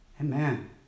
Amen